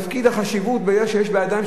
החשיבות שיש בידיים של הרופא,